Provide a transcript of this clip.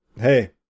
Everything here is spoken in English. hey